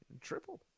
Triple